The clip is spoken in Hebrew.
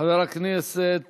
חבר הכנסת